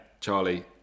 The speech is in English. Charlie